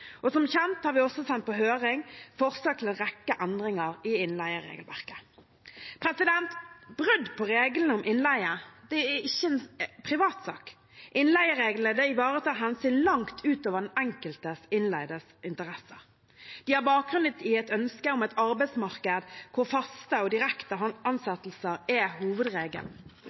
Som kjent har vi også sendt på høring forslag til en rekke endringer i innleieregelverket. Brudd på reglene om innleie er ikke en privatsak. Innleiereglene ivaretar hensyn langt ut over den enkelte innleides interesser. De har bakgrunn i et ønske om et arbeidsmarked hvor faste og direkte ansettelser er hovedregelen.